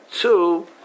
two